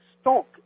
stock